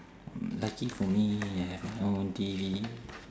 lucky for me I have my own T_V